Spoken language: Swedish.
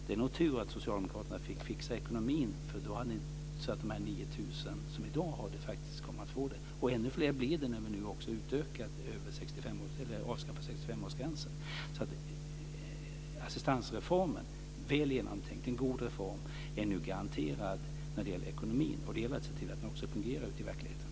Det var nog tur att socialdemokraterna fick fixa ekomin så att dessa 9 000 personer som i dag har assistansersättning faktiskt kom att få det. Ännu fler blir det när vi nu också avskaffar 65-årsgränsen. Assistansreformen är en väl genomtänkt och god reform. Den är nu garanterad vad gäller ekonomin. Det gäller att se till att den också fungerar i verkligheten.